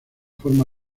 forma